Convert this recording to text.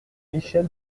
michèle